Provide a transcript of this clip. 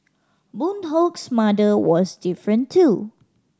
Boon Hock's mother was different too